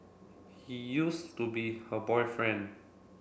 he used to be her boyfriend